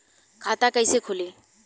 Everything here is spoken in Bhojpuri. खाता कईसे खुली?